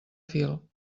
fil